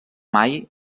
mai